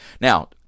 Now